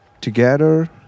together